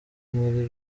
muri